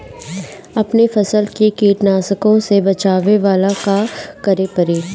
अपने फसल के कीटनाशको से बचावेला का करे परी?